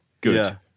good